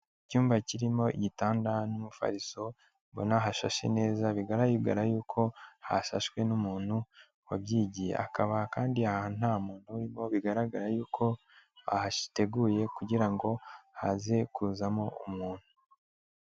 Icyumba kirimo igitanda n'umufariso ubona hashashe neza bigaragara yuko hasashwe n'umuntu wabyigiye, hakaba kandi aha nta muntu urimo bigaragara yuko bahateguye kugira ngo haze kuzamo umuntu.